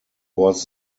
was